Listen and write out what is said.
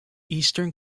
eastern